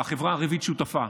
והחברה הערבית שותפה,